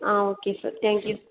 ah okay sir thank you